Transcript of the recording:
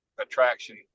attraction